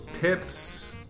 pips